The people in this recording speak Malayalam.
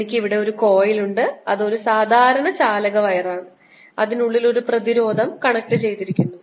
എനിക്ക് ഇവിടെ ഒരു കോയിൽ ഉണ്ട് അത് ഒരു സാധാരണ ചാലക വയർ ആണ് അതിനുള്ളിൽ ഒരു പ്രതിരോധം കണക്റ്റുചെയ്തിരിക്കുന്നു